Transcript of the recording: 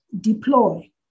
deploy